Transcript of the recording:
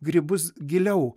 grybus giliau